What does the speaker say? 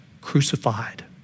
crucified